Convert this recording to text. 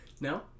No